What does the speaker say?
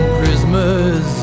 Christmas